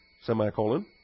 Semicolon